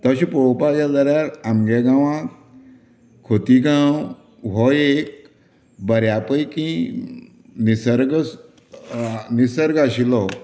तशें पळोवपाक गेलें जाल्यार आमचे गांवांक खोतीगांव हो एक बऱ्यां पैकी निर्सग निर्सग आशिल्लो